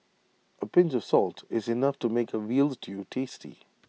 A pinch of salt is enough to make A Veal Stew tasty